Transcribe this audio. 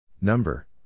number